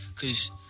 Cause